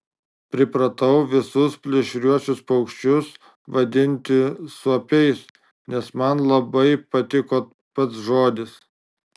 pripratau visus plėšriuosius paukščius vadinti suopiais nes man labai patiko pats žodis